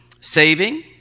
saving